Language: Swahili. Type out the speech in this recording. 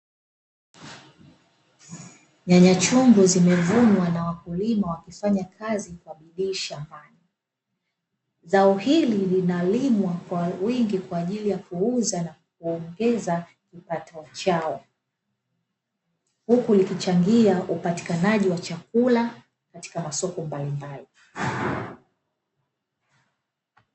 Nyanya chungu zimevunwa na wakulima wakifanyakazi kwa bidii shambani, zao hili linalimwa kwa wingi kwa ajili ya kuuza na kuongeza kipato chao, huku likichangia upatikanaji wa chakula katika masoko mbalimbali.